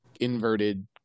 inverted